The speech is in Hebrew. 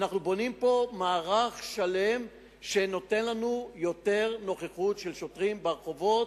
אנחנו בונים פה מערך שלם שנותן לנו יותר נוכחות של שוטרים ברחובות,